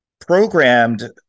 programmed